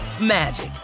magic